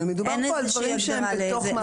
אבל מדובר פה על דברים שהם בתוך מערכת החינוך.